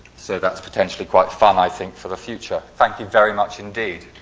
so, that's potentially quite fun i think for the future. thank you very much indeed.